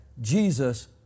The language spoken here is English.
Jesus